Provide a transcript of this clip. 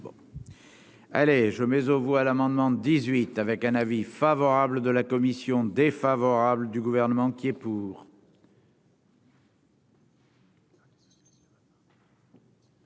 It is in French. Allez je mais aux voix l'amendement 18 avec un avis favorable de la commission défavorable du gouvernement qui est pour.